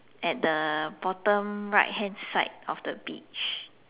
at the bottom right hand side of the beach